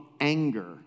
anger